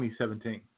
2017